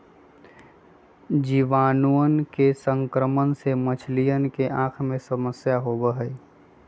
जीवाणुअन के संक्रमण से मछलियन के आँख में समस्या होबा हई